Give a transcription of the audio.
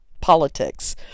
politics